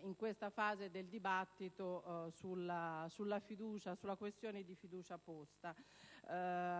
in questa fase del dibattito sulla questione di fiducia posta;